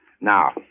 Now